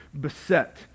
beset